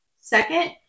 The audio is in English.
Second